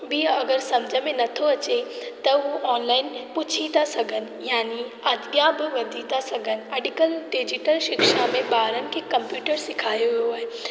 बि अगरि सम्झ में नथो अचे त उहा ऑनलाइन पुछी था सघनि यानी अॻियां बि वधी था सघनि अॼुकल्ह डिजीटल शिक्षा में ॿारनि खे कम्पयूटर सेखारियो वेंदो आहे